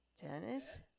Dennis